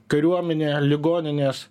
kariuomenė ligoninės